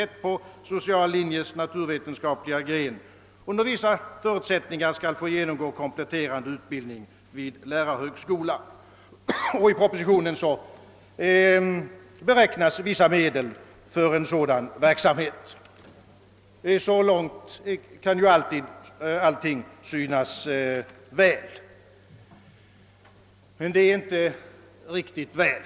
1 på sociala linjens naturvetenskapliga gren under vissa förutsättningar skall få genomgå kompletterande utbildning vid lärarhögskola. I propositionen beräknas vissa medel för en sådan verksamhet. Så långt kan allt synas väl, men det är inte riktigt väl.